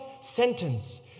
sentence